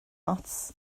ots